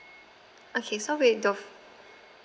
okay so we def~